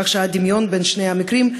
כך שהדמיון בין שני המקרים,